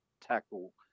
tackle